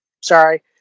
sorry